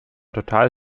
total